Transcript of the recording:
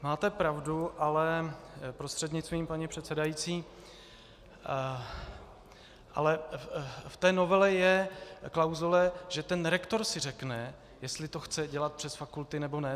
Máte pravdu, prostřednictvím paní předsedající, ale v novele je klauzule, že rektor si řekne, jestli to chce dělat přes fakulty, nebo ne.